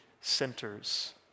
centers